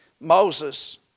Moses